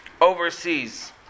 overseas